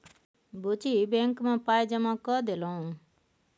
बुच्ची बैंक मे पाय जमा कए देलहुँ